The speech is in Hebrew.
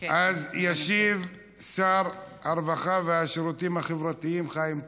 ישיב שר הרווחה והשירותים החברתיים חיים כץ.